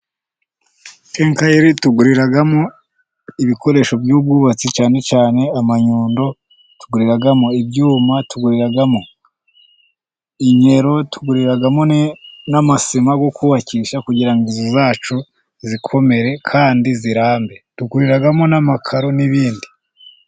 Kekayori tuguriramo ibikoresho by'ubwubatsi, cyane cyane amanyundo, tuguriramo ibyuma, tuguriramo inkero, tuguriramo n'amasima yo kubakisha kugira inzu zacu zikomere kandi zirambe, dukoreramo n'amakaro n'ibindi.